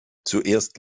zuerst